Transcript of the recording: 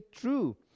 true